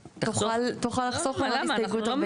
תוכל לחסוך לנו עד הסתייגות 43. למה?